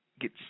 get